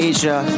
Asia